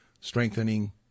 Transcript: strengthening